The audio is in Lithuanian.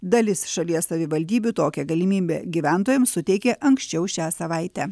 dalis šalies savivaldybių tokią galimybę gyventojams suteikė anksčiau šią savaitę